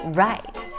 right